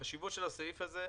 החשיבות של הסעיף הזה,